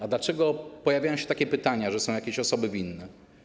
A dlaczego pojawiają się takie pytania, że są jakieś osoby winne?